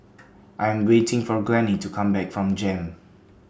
I Am waiting For Glennie to Come Back from Jem